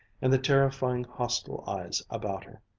and the terrifying hostile eyes about her.